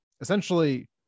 essentially